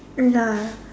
ya